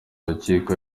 rukiko